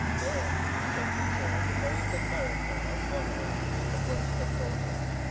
there, sacred sir, behold the character of goneril, the worst of daughters,